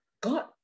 God